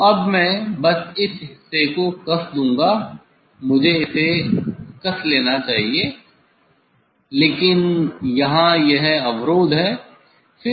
तो अब मैं बस इस हिस्से को कस दूँगा मुझे इसे कस लेना चाहिए लेकिन यहां यह अवरोध है